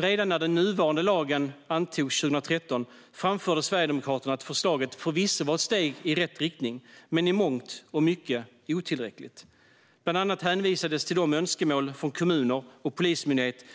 Redan när den nuvarande lagen antogs 2013 framförde Sverigedemokraterna att förslaget förvisso var ett steg i rätt riktning men i mångt och mycket otillräckligt. Bland annat hänvisades till önskemål från kommuner och polismyndigheter